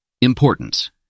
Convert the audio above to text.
Importance